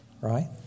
right